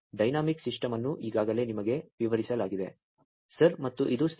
dynamic system ಅನ್ನು ಈಗಾಗಲೇ ನಿಮಗೆ ವಿವರಿಸಲಾಗಿದೆ ಸರ್